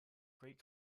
great